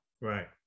Right